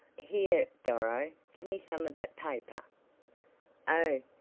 here, doro, give me some of that paper oh,